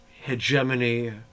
hegemony